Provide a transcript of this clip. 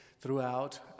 throughout